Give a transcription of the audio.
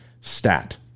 Stat